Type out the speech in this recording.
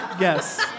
Yes